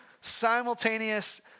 simultaneous